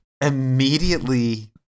immediately